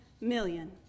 million